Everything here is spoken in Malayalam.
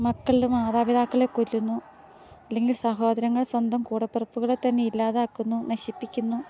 മക്കള് ആ മാതാപിതാക്കളെ കൊല്ലുന്നു അല്ലെങ്കിൽ സഹോദരങ്ങൾ സ്വന്തം കൂടപിറപ്പുകളെ തന്നെ ഇല്ലാതാക്കുന്നു നശിപ്പിക്കുന്നു